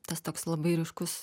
tas toks labai ryškus